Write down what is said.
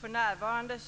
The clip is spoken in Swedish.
För närvarande